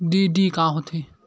DD का होथे?